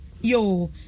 yo